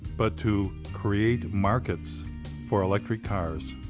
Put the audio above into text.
but to create markets for electric cars.